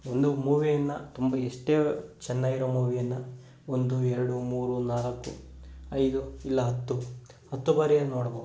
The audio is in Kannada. ಒಂದು ಮೂವಿಯನ್ನು ತುಂಬ ಎಷ್ಟೇ ಚೆನ್ನಾಗಿರುವ ಮೂವಿಯನ್ನು ಒಂದು ಎರಡು ಮೂರು ನಾಲ್ಕು ಐದು ಇಲ್ಲ ಹತ್ತು ಹತ್ತು ಬಾರಿ ನೋಡಬಹುದು